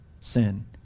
sin